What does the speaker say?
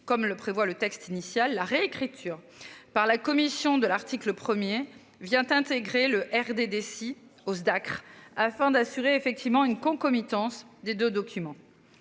comme le prévoit le texte initial la réécriture par la commission de l'article 1er vient intégrer le REDD si hausse Acre afin d'assurer effectivement une concomitance des 2 documents.